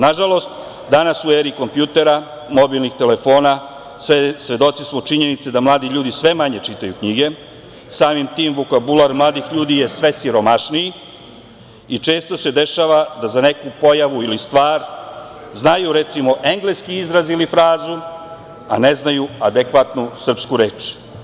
Nažalost, danas u eri kompjutera, mobilnih telefona svedoci smo činjenice da mladi ljudi sve manje čitaju knjige, sami tim vokabulara mladih ljudi je sve siromašniji i često se dešava da za neku pojavu ili stvar znaju recimo engleski izraz ili frazu, a ne znaju adekvatnu srpsku reč.